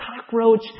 cockroach